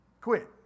quit